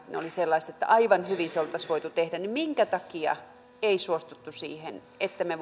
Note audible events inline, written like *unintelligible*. olivat sellaiset että aivan hyvin se oltaisiin voitu tehdä minkä takia ei suostuttu siihen että me *unintelligible*